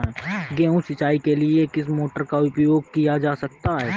गेहूँ सिंचाई के लिए किस मोटर का उपयोग किया जा सकता है?